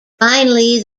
finally